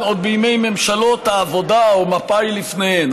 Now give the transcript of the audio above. עוד בימי ממשלות העבודה או מפא"י לפניהן.